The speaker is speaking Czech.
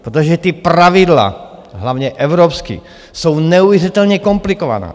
Protože ta pravidla hlavně evropská jsou neuvěřitelně komplikovaná.